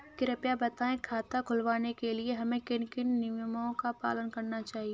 कृपया बताएँ खाता खुलवाने के लिए हमें किन किन नियमों का पालन करना चाहिए?